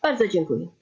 Bardzo dziękuję.